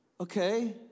okay